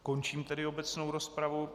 Končím tedy obecnou rozpravu.